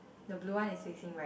the blue one is facing right